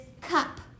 cup